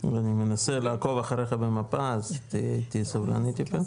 אני מנסה לעקוב אחריך במפה אז תהיה סבלני טיפה.